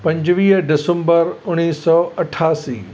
पंजुवीह डिसंबर उणिवीह सौ अठासी